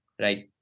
Right